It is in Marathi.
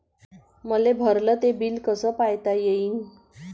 मले भरल ते बिल कस पायता येईन?